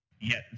Yes